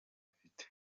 afite